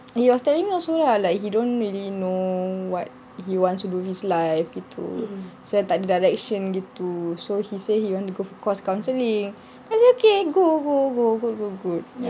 he was telling me also lah like he don't really know what he wants to do with his life gitu so takde direction gitu so he say he want to go for course counselling I say okay go go go go go good good good